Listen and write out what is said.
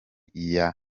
iya